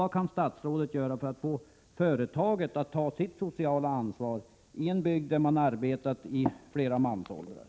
Vad kan statsrådet vidare göra för att få företaget att ta sitt sociala ansvar i en bygd där det har varit i verksamhet i flera mansåldrar?